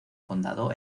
condado